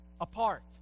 apart